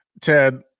Ted